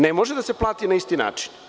Ne može da se plati na isti način.